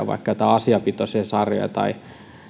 vaikka joitain asiapitoisia sarjoja tai